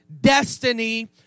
destiny